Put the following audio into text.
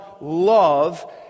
love